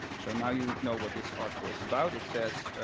so now, you know what this article is about. it says,